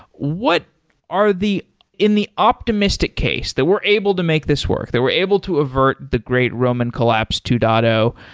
what are the in the optimistic case that we're able to make this work, that we're able to avert the great roman collapse two point